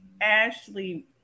Ashley